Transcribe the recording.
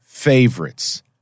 favorites